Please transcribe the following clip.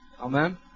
Amen